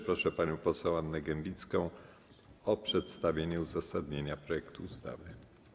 Proszę panią poseł Annę Gembicką o przedstawienie uzasadnienia projektu ustawy.